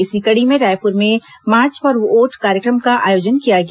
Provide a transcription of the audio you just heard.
इसी कड़ी में रायपुर में मार्च फॉर वोट कार्यक्रम का आयोजन किया गया